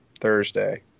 Thursday